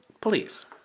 Please